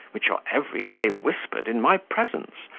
which are every day whispered in my presence,